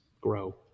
grow